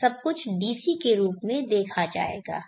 सब कुछ DC के रूप में देखा जाएगा